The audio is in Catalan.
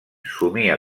somia